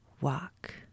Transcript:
walk